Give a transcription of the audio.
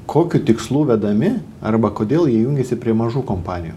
kokių tikslų vedami arba kodėl jie jungiasi prie mažų kompanijų